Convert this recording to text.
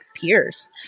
peers